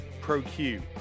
Pro-Q